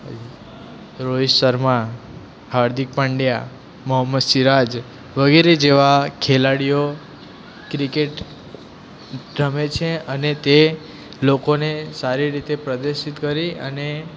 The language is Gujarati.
રોહિત શર્મા હાર્દિક પંડ્યા મોહંમદ સિરાજ વગેરે જેવા ખેલાડીઓ ક્રિકેટ રમે છે અને તે લોકોને સારી રીતે પ્રદર્શિત કરી અને